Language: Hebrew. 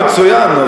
מצוין,